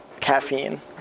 caffeine